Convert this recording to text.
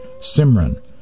Simran